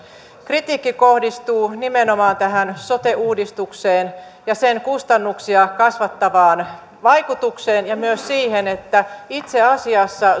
kritiikki kohdistuu nimenomaan tähän sote uudistukseen ja sen kustannuksia kasvattavaan vaikutukseen ja myös siihen että itse asiassa